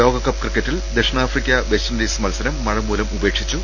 ലോകകപ്പ് ക്രിക്കറ്റിൽ ദക്ഷിണാഫ്രിക്ക വെസ്റ്റിൻഡീസ് മത്സരം മഴ മൂലം ഉപേക്ഷിച്ചു